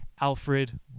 Alfred